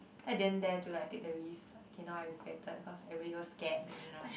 I didn't dare to like take the risk but okay now I regretted cause everybody was scared then now